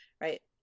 right